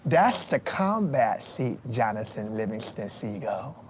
that's the combat seat, jonathan livingston seagull.